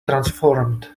transformed